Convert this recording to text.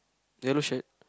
yellow shirt